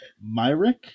Myrick